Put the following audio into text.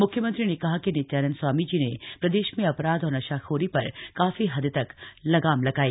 मुख्यमंत्री ने कहा कि नित्यानंद स्वामी जी ने प्रदेश में अपराध और नशाखोरी पर काफी हद तक लगाम लगाई